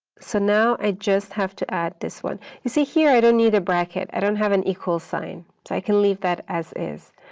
so now i just have to add this one. you see here i don't need a bracket. i don't have an equal sign, so i can leave that as is.